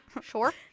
Sure